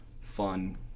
fun